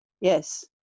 Yes